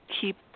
keep